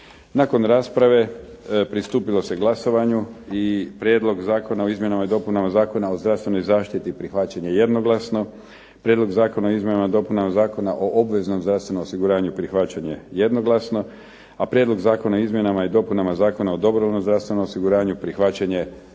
Nakon rasprave pristupilo se glasovanju i prijedlog Zakona o izmjenama i dopunama Zakona o zdravstvenoj zaštiti prihvaćen je jednoglasno. Prijedlog Zakona o izmjenama i dopunama Zakona o obveznom zdravstvenom osiguranju prihvaćen je jednoglasno, a prijedlog Zakona o izmjenama i dopunama Zakona o dobrovoljnom zdravstvenom osiguranju prihvaćen je većinom